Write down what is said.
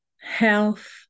health